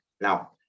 Now